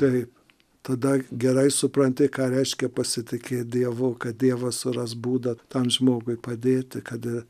taip tada gerai supranti ką reiškia pasitikėt dievu kad dievas suras būdą tam žmogui padėti kad